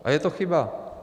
A je to chyba.